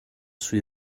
sui